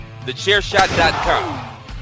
TheChairshot.com